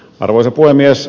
arvoisa puhemies